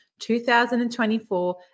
2024